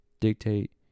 dictate